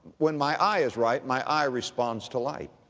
when my eye is right, my eye responds to light.